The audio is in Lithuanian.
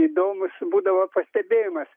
įdomus būdavo pastebėjimas